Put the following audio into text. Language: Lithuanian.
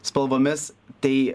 spalvomis tai